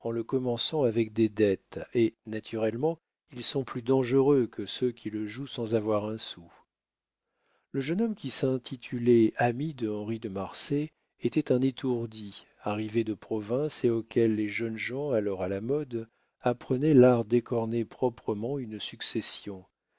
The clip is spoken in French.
le commençant avec des dettes et naturellement ils sont plus dangereux que ceux qui le jouent sans avoir un sou le jeune homme qui s'intitulait ami de henri de marsay était un étourdi arrivé de province et auquel les jeunes gens alors à la mode apprenaient l'art d'écorner proprement une succession